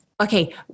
okay